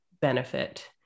benefit